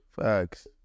Facts